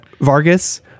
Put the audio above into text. Vargas